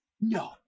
no